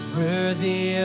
worthy